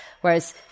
Whereas